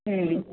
ꯎꯝ